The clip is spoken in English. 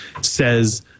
says